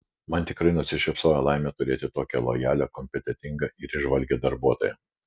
man tikrai nusišypsojo laimė turėti tokią lojalią kompetentingą ir įžvalgią darbuotoją